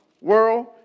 World